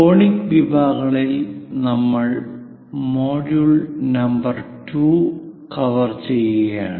conic വിഭാഗങ്ങളിൽ നമ്മൾ module number 2 cover ചെയ്യുകയാണ്